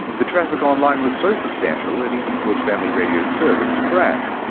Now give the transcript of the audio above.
the traffic online was so substantial, it even caused family radio service to crash.